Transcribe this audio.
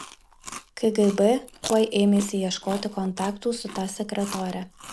kgb tuoj ėmėsi ieškoti kontaktų su ta sekretore